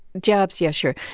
jobs yeah, sure.